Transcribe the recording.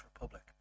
Republic